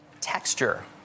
Texture